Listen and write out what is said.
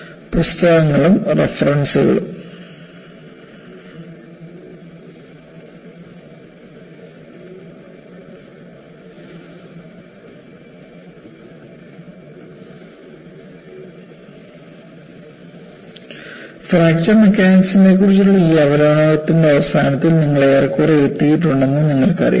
പുസ്തകങ്ങളും റഫറൻസുകളും ഫ്രാക്ചർ മെക്കാനിക്സിനെക്കുറിച്ചുള്ള ഈ അവലോകനത്തിന്റെ അവസാനത്തിൽ നമ്മൾ ഏറെക്കുറെ എത്തിയിട്ടുണ്ടെന്ന് നിങ്ങൾക്കറിയാം